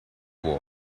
war